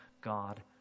God